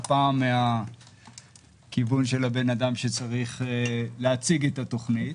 הפעם מהכיוון של האדם שצריך להציג את התוכנית,